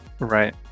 right